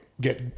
get